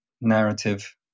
narrative